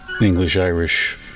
English-Irish